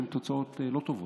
הן תוצאות לא טובות.